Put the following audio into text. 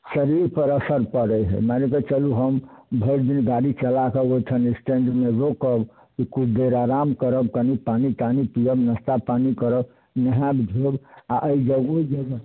शरीरपर असरि पड़ै हइ मानिकऽ चलू हम भरिदिन गाड़ी चलाकऽ ओहिठम स्टैण्डमे रुकब कि किछु देर आराम करब कनि पानी तानी पिअब नस्ता पानी करब नहाएब धोएब आओर एहिजग ओहिजग